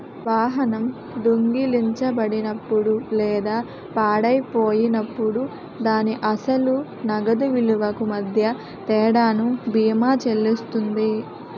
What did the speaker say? వాహనం దొంగిలించబడినప్పుడు లేదా పాడైపోయినప్పుడు దాని అసలు నగదు విలువకు మధ్య తేడాను బీమా చెల్లిస్తుంది